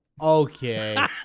Okay